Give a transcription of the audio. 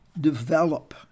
develop